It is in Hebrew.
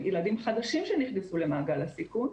ילדים חדשים שנכנסו למעגל הסיכון,